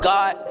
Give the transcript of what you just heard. God